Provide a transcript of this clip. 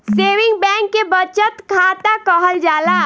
saving bank के बचत खाता कहल जाला